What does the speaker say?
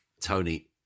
Tony